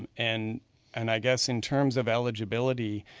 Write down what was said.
and and and i guess in terms of eligibility,